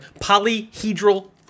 Polyhedral